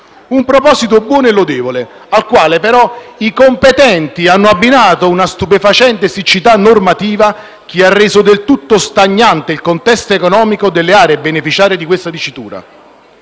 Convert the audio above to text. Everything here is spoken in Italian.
Un proposito buono e lodevole, al quale però i "competenti" hanno abbinato una stupefacente siccità normativa, che ha reso del tutto stagnante il contesto economico delle aree beneficiarie di questa dicitura.